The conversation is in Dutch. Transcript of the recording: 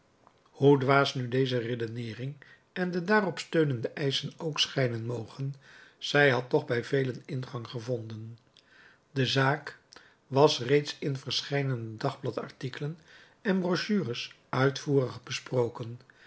hoe dwaas nu deze redeneering en de daarop steunende eischen ook schijnen mogen zij had toch bij velen ingang gevonden de zaak was reeds in verscheidene dagblad artikelen en brochures uitvoerig besproken